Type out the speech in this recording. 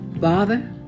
father